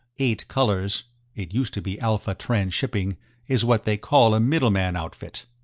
eight colors it used to be alpha transshipping is what they call a middleman outfit.